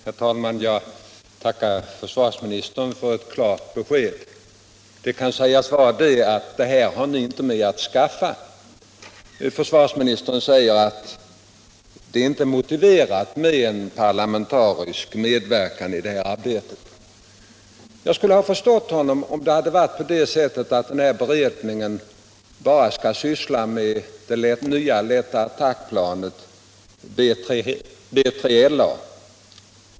Herr talman! Jag tackar försvarsministern för ett klart besked. Det kan sägas vara: Det här har ni inte med att skaffa! Försvarsministern säger att det inte är motiverat med en parlamentarisk medverkan i det här arbetet. Jag skulle ha förstått honom om det varit på det sättet att beredningen bara skulle syssla med det nya lätta attackplanet B3 LA.